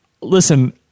Listen